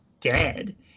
dead